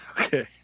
Okay